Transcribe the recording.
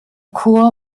chor